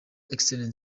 excellent